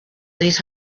these